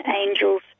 Angels